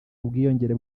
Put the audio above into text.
ubwiyongere